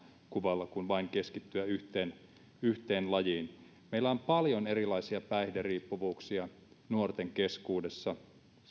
kuvalla kuin vain keskittyen yhteen yhteen lajiin meillä on paljon erilaisia päihderiippuvuuksia nuorten keskuudessa